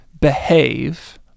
behave